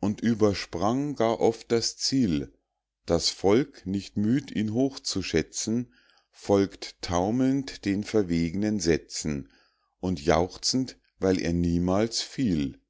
und übersprang gar oft das ziel das volk nicht müd ihn hoch zu schätzen folgt taumelnd den verweg'nen sätzen und jauchzend weil er niemals fiel